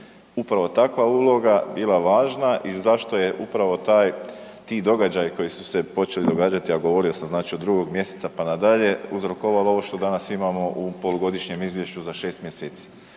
upravo takva uloga bila važna i zašto je upravo taj, ti događaji koji su se počeli događati, a govorio sam znači od 2. mjeseca, pa na dalje, uzrokovalo ovo što danas imamo u polugodišnjem izvješću za 6. mjeseci.